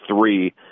three